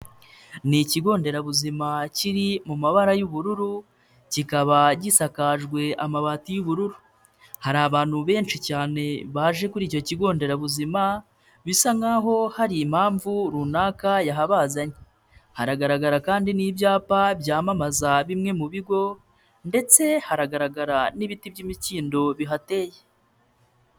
Ni ikigo nderabuzima kiri mu mabara y'ubururu, kikaba gisakajwe amabati y'ubururu, hari abantu benshi cyane baje kuri icyo kigo nderabuzima, bisa nk'aho hari impamvu runaka yahabazanye, haragaragara kandi n'ibyapa byamamaza bimwe mu bigo ndetse haragaragara n'ibiti by'imikindo bihateye.